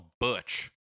Butch